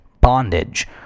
bondage